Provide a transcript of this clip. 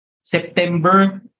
September